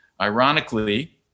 Ironically